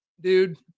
Dude